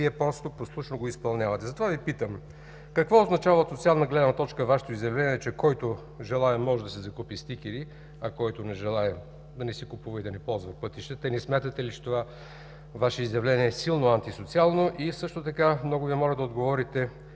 Вие просто послушно го изпълнявате. Затова Ви питам: какво означава от социална гледна точка Вашето изявление, че който желае, може да си закупи стикери, а който не желае, да не си купува и да не ползва пътищата? Не смятате ли, че това Ваше изявление е силно антисоциално? Също така много Ви моля да отговорите,